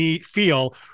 feel